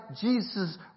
Jesus